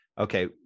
okay